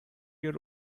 your